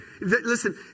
Listen